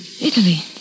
Italy